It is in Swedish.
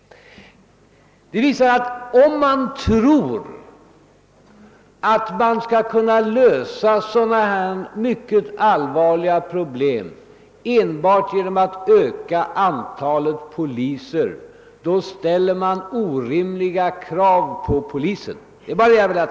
Det visar att om man tror att man skall kunna lösa sådana här mycket allvarliga problem enbart genom att öka antalet poliser, ställer man orimliga krav på polisen. Det är vad jag har velat säga.